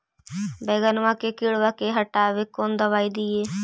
बैगनमा के किड़बा के हटाबे कौन दवाई दीए?